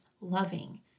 loving